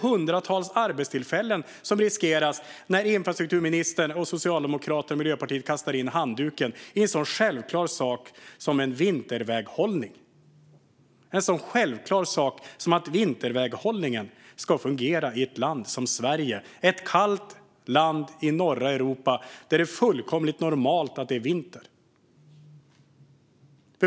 Hundratals arbetstillfällen riskeras när infrastrukturministern, Socialdemokraterna och Miljöpartiet kastar in handduken i en så självklar sak som att vinterväghållningen ska fungera i ett land som Sverige - ett kallt land i norra Europa där det är fullkomligt normalt att det är vinter.